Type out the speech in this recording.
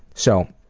so,